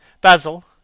Basil